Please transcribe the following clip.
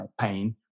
pain